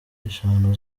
eshanu